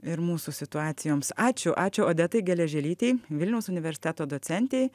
ir mūsų situacijoms ačiū ačiū odetai geležėlytei vilniaus universiteto docentei